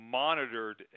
monitored